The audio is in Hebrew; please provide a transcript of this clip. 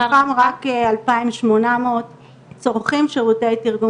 אלפיים שמונה מאות צורכים שירותי תרגום